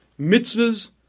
Mitzvahs